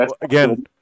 again